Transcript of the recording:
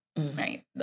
Right